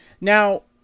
Now